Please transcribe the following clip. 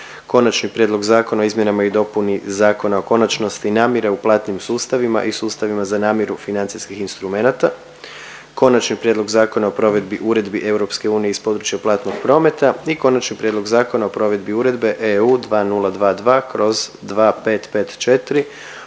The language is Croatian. Konačni prijedlog zakona o izmjenama i dopuni Zakona o konačnosti namire u platnim sustavima i sustavima za namiru financijskih instrumenata, - Konačni prijedlog zakona o provedbi uredbi Europske unije iz područja platnog prometa i - Konačni prijedlog zakona o provedbi uredbe (EU) 2022/2554